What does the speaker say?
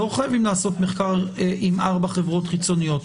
חייבים לעשות מחקר עם ארבע חברות חיצוניות,